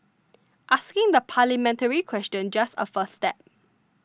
asking the parliamentary question just a first step